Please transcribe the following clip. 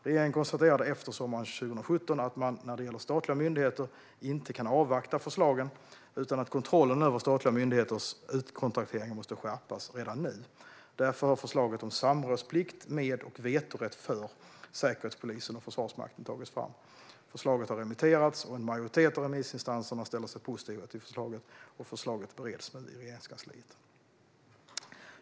Regeringen konstaterade efter sommaren 2017 att man när det gäller statliga myndigheter inte kan avvakta förslagen utan att kontrollen över statliga myndigheters utkontrakteringar måste skärpas redan nu. Därför har förslaget om samrådsplikt med och vetorätt för Säkerhetspolisen och Försvarsmakten tagits fram. Förslaget har remitterats, och en majoritet av remissinstanserna ställer sig positiva till förslaget. Förslaget bereds nu i Regeringskansliet.